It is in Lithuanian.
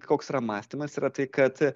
koks yra mąstymas yra tai kad